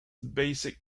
basic